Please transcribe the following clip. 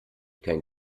keinen